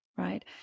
Right